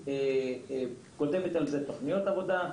והיא כותבת על זה תוכניות עבודה,